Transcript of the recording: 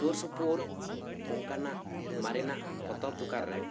ᱥᱩᱨ ᱥᱩᱯᱩᱨ ᱚᱱᱠᱟᱱᱟᱜ ᱢᱟᱨᱮ ᱱᱟᱜ ᱯᱚᱛᱚᱵ ᱫᱚᱠᱟᱱ ᱨᱮ